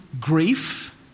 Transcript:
grief